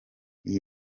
iyi